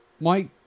Mike